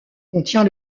contient